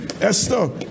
Esther